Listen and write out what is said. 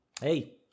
Hey